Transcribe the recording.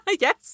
Yes